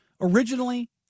originally